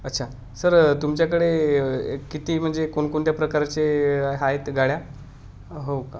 अच्छा सर तुमच्याकडे किती म्हणजे कोणकोणत्या प्रकारचे आहेत गाड्या हो का